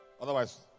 Otherwise